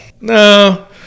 no